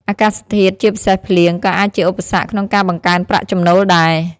អាកាសធាតុ ជាពិសេសភ្លៀង ក៏អាចជាឧបសគ្គក្នុងការបង្កើនប្រាក់ចំណូលដែរ។